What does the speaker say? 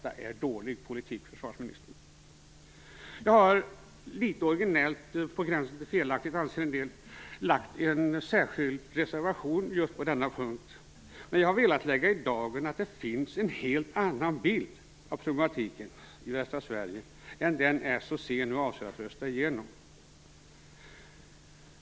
Det är en dålig politik, försvarsministern. Jag har - litet originellt, på gränsen till felaktigt, anser en del - lagt en särskild reservation just på denna punkt. Men jag har velat lägga i dagen att det finns en helt annan bild av problematiken i västra Sverige än den som s och c nu avser att rösta igenom.